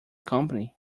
company